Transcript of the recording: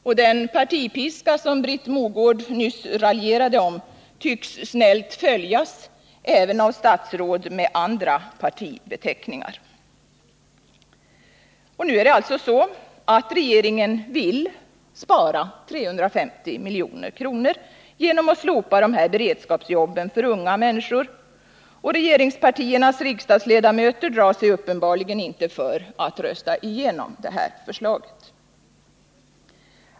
Och den partipiska som Britt Mogård nyss raljerade om tycks snällt följas även av statsråd med andra partibeteckningar. Regeringen vill alltså spara 350 milj.kr. genom att slopa beredskapsjobben för unga människor, och regeringspartiernas riksdagsledamöter drar sig uppenbarligen inte för att rösta igenom det här förslaget.